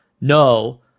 no